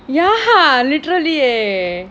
ya literally eh